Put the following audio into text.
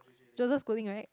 Joseph-Schooling right